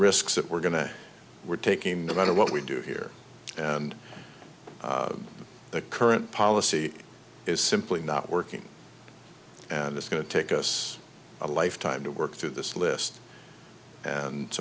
risks that we're going to we're taking no matter what we do here and the current policy is simply not working and it's going to take us a lifetime to work through this list and